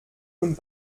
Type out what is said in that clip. und